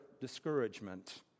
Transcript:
discouragement